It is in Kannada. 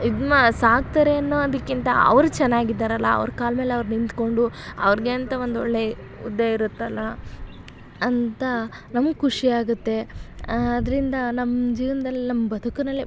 ಇದು ಮಾ ಸಾಕ್ತಾರೆ ಅನ್ನೋದಕ್ಕಿಂತ ಅವ್ರು ಚೆನ್ನಾಗಿದ್ದಾರಲ್ಲ ಅವ್ರ ಕಾಲ್ಮೇಲೆ ಅವ್ರು ನಿಂತ್ಕೊಂಡು ಅವ್ರಿಗೆ ಅಂತ ಒಂದು ಒಳ್ಳೆ ಹುದ್ದೆ ಇರುತ್ತಲ್ಲ ಅಂತ ನಮ್ಗೆ ಖುಷಿ ಆಗುತ್ತೆ ಅದರಿಂದ ನಮ್ಮ ಜೀವನ್ದಲ್ಲಿ ನಮ್ಮ ಬದುಕಿನಲ್ಲೆ